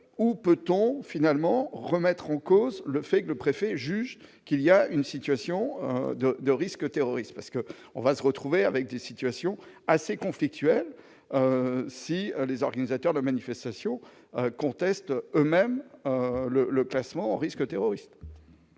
où peut-on finalement remettre en cause le fait que le préfet, juge qu'il y a une situation de de risques terroristes parce que on va se retrouver avec des situations assez conflictuelle si les organisateurs de la manifestation conteste même le le classement risque terroriste.